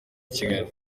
kigali